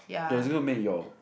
that is going to make your